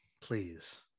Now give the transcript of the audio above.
please